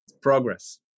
progress